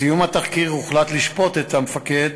בסיום התחקיר הוחלט לשפוט את המפקד